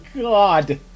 God